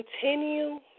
Continue